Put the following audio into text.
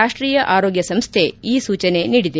ರಾಷ್ಷೀಯ ಆರೋಗ್ಯ ಸಂಸ್ಹೆ ಈ ಸೂಚನೆ ನೀಡಿದೆ